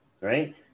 right